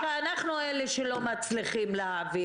אני לא חושבת שאנחנו אלה שלא מצליחים להעביר.